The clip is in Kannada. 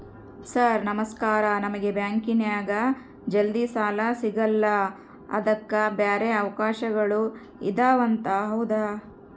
ಸರ್ ನಮಸ್ಕಾರ ನಮಗೆ ಬ್ಯಾಂಕಿನ್ಯಾಗ ಜಲ್ದಿ ಸಾಲ ಸಿಗಲ್ಲ ಅದಕ್ಕ ಬ್ಯಾರೆ ಅವಕಾಶಗಳು ಇದವಂತ ಹೌದಾ?